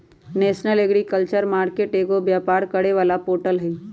national agriculture market एगो व्यापार करे वाला पोर्टल हई